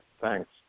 Thanks